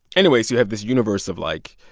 anyway, so you have this universe of, like,